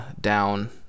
down